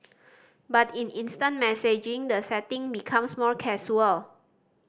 but in instant messaging the setting becomes more casual